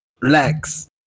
relax